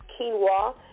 quinoa